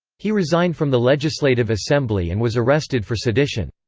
he resigned from the legislative assembly and was arrested for sedition.